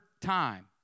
time